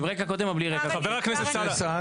חבר הכנסת סעדה,